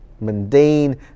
mundane